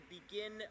begin